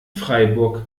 freiburg